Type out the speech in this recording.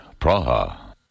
Praha